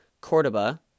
Cordoba